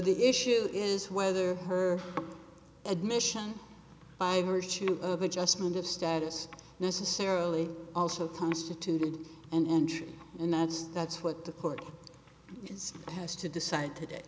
the issue is whether her admission by virtue of adjustment of status necessarily also constituted and and that's that's what the court is has to decide today